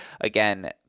Again